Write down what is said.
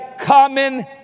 common